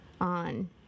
On